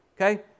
Okay